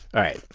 right.